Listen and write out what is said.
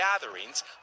gatherings